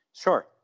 Sure